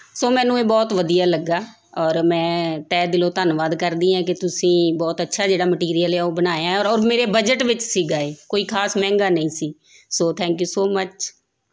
ਸੋ ਮੈਨੂੰ ਇਹ ਬਹੁਤ ਵਧੀਆ ਲੱਗਾ ਔਰ ਮੈਂ ਤਹਿ ਦਿਲੋਂ ਧੰਨਵਾਦ ਕਰਦੀ ਹਾਂ ਕਿ ਤੁਸੀਂ ਬਹੁਤ ਅੱਛਾ ਜਿਹੜਾ ਮਟੀਰੀਅਲ ਆ ਉਹ ਬਣਾਇਆ ਔਰ ਮੇਰੇ ਬਜਟ ਵਿੱਚ ਸੀਗਾ ਇਹ ਕੋਈ ਖਾਸ ਮਹਿੰਗਾ ਨਹੀਂ ਸੀ so thank you so much